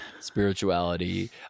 spirituality